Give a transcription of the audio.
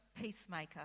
peacemaker